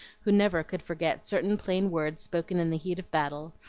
who never could forget certain plain words spoken in the heat of battle,